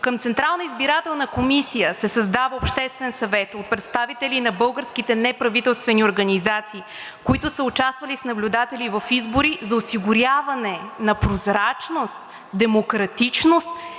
„Към Централната избирателна се създава Обществен съвет от представители на българските неправителствени организации, които са участвали с наблюдатели в избори за осигуряване на прозрачност, демократичност и